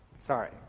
sorry